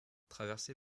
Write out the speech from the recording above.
traversé